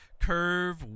curve